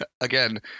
again